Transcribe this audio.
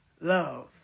love